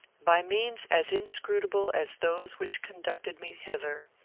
by means as inscrutable as those which conducted me hither,